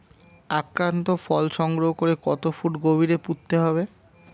আক্রান্ত ফল সংগ্রহ করে কত ফুট গভীরে পুঁততে হবে?